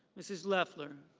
mrs. leffler.